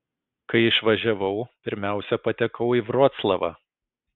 kai išvažiavau pirmiausia patekau į vroclavą